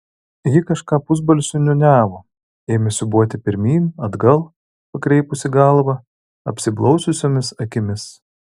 ji kažką pusbalsiu niūniavo ėmė siūbuoti pirmyn atgal pakreipusi galvą apsiblaususiomis akimis